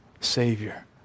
savior